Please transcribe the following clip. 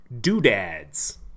doodads